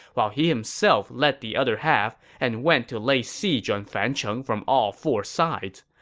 while he himself led the other half and went to lay siege on fancheng from all four sides.